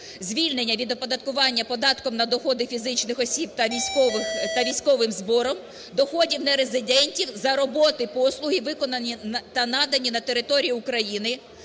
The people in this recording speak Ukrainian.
звільнення від оподаткування податком на доходи фізичних осіб та військовим збором, доходів нерезидентів за роботи, послуги, виконані та надані на території України,